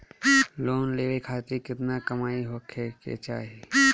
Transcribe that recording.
Loan लेवे खातिर केतना कमाई होखे के चाही?